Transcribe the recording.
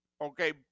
Okay